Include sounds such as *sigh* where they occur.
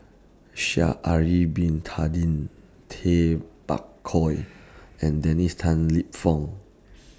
Sha'Ari Bin Tadin Tay Bak Koi *noise* and Dennis Tan Lip Fong *noise*